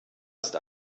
ist